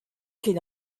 ket